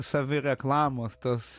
savireklamos tos